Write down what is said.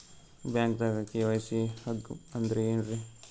ಬ್ಯಾಂಕ್ದಾಗ ಕೆ.ವೈ.ಸಿ ಹಂಗ್ ಅಂದ್ರೆ ಏನ್ರೀ?